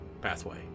Pathway